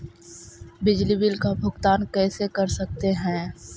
बिजली बिल का भुगतान कैसे कर सकते है?